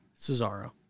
Cesaro